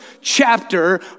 chapter